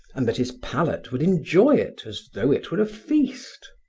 and that his palate would enjoy it as though it were a feast.